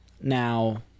now